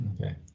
Okay